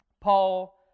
Paul